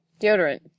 deodorant